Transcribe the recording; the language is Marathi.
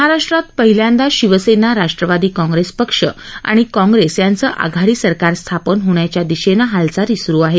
महाराष्ट्रात पहिल्यादाच शिवसेना राष्ट्रवादी काँग्रेस पार्टी आणि काँग्रेस यांचं आघाडी सरकार स्थापन होण्याच्या दिशेनं हालचाली सुरु आहेत